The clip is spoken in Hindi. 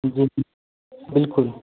जी बिल्कुल